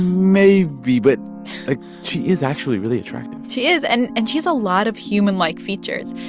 maybe. but like she is actually really attractive she is. and and she has a lot of human-like features.